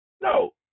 No